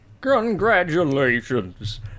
Congratulations